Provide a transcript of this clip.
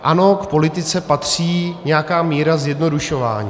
Ano, k politice patří nějaká míra zjednodušování.